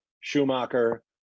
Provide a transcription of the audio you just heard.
Schumacher